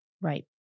Right